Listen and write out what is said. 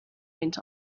went